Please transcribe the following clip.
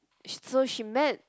so she met